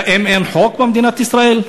האם אין חוק במדינת ישראל?